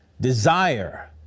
desire